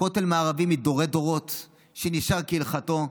כותל מערבי מדורי-דורות שנשאר כהלכתו.